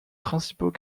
principaux